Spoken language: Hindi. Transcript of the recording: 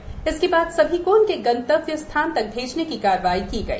तत्पश्चात सभी को उनके गंतव्य स्थान तक भेजने की कार्यवाही की गई